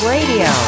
Radio